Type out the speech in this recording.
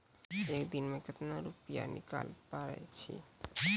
एक दिन मे केतना रुपैया निकाले पारै छी?